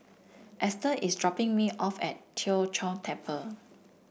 Ester is dropping me off at Tien Chor Temple